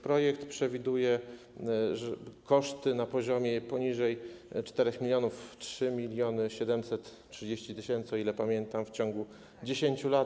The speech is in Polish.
Projekt przewiduje koszty na poziomie poniżej 4 mln, 3730 tys., o ile pamiętam, w ciągu 10 lat.